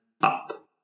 up